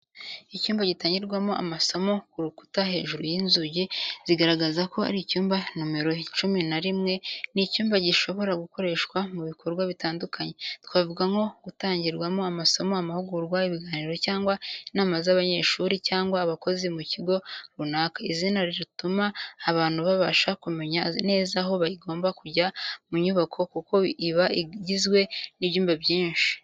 Icyumba gitangirwamo amasomo, ku rukuta hejuru y’inzugi zigaragaza ko ari icyumba nomero cumi na rimwe. Ni icyumba gishobora gukoreshwa mu bikorwa bitandukanye, twavuga nko gutangirwamo amasomo, amahugurwa, ibiganiro cyangwa inama z’abanyeshuri cyangwa abakozi mu kigo runaka. Izina rituma abantu babasha kumenya neza aho bagomba kujya mu nyubako kuko iba igizwe n’ibyumba byinshi.